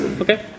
Okay